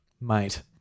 Mate